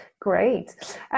Great